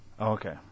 okay